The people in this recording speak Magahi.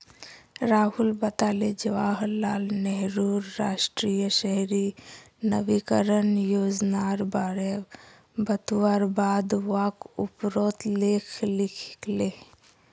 राहुल बताले जवाहर लाल नेहरूर राष्ट्रीय शहरी नवीकरण योजनार बारे बतवार बाद वाक उपरोत लेख लिखले